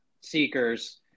Seekers